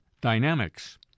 dynamics